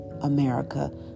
America